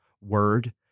word